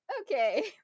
okay